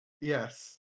yes